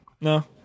No